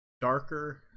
darker